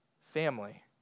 Family